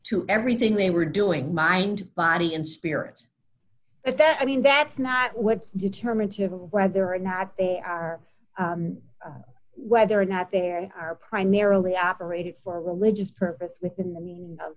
to everything they were doing mind body and spirit at that i mean that's not what's determinative of whether or not they are whether or not there are primarily operated for religious purpose within the meaning of